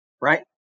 right